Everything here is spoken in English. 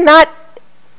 not